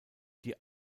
die